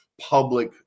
public